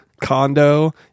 condo